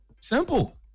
simple